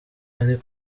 ari